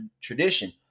tradition